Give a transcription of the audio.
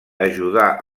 ajudà